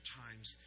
times